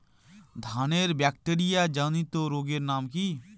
ধানের ব্যাকটেরিয়া জনিত রোগের নাম কি?